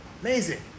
Amazing